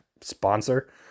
sponsor